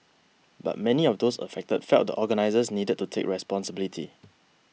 but many of those affected felt the organisers needed to take responsibility